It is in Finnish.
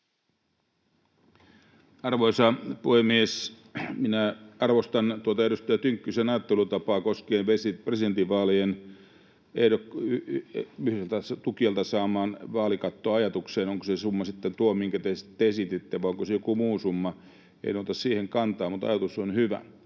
Arvoisa puhemies! Minä arvostan tuota edustaja Tynkkysen ajattelutapaa koskien presidentinvaalien ehdokkaiden yhdeltä tukijalta saamaa vaalikattoa. Onko se summa sitten tuo, minkä te esititte, vai onko se joku muu summa, en ota siihen kantaa, mutta ajatus on hyvä.